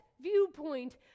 viewpoint